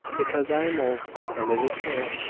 because i am old and it is pale,